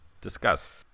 Discuss